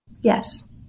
Yes